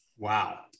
Wow